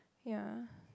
ya